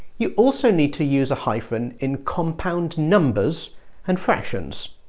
you also need to use a hyphen in compound numbers and fractions.